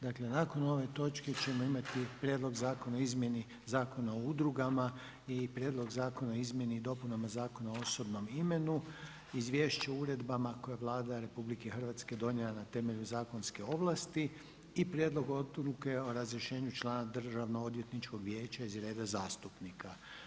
Dakle, nakon ove točke ćemo imati Prijedlog zakona o izmjeni Zakona o udrugama i Prijedlog zakona o izmjeni i dopunama Zakona o osobnom imenu, Izvješće o uredbama koje je Vlada RH donijela na temelju zakonske ovlasti i Prijedlog odluke o razrješenju člana Državno-odvjetničkog vijeća iz reda zastupnika.